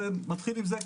נתחיל עם זה.